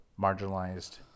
marginalized